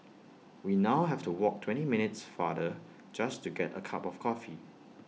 we now have to walk twenty minutes farther just to get A cup of coffee